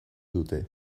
dute